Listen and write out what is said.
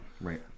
right